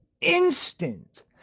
instant